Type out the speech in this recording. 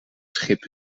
schip